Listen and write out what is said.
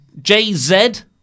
JZ